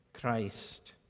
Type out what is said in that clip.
Christ